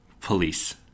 police